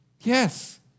Yes